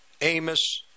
Amos